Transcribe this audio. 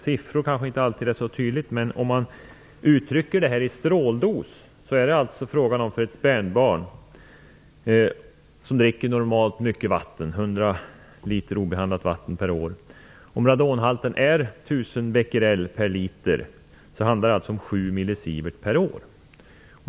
Siffror är inte alltid så bra som exempel, men uttryckt i stråldos är det alltså för ett spädbarn som dricker en normal mängd vatten, ca 1 000 becquerel per liter fråga om 7 millisievert per år.